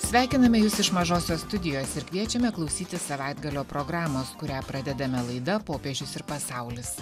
sveikiname jus iš mažosios studijos ir kviečiame klausyti savaitgalio programos kurią pradedame laida popiežius ir pasaulis